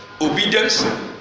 obedience